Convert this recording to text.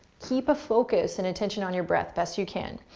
keep a focus and attention on your breath best you can.